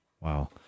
Wow